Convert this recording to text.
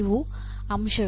ಇವು ಅಂಶಗಳು